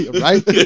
Right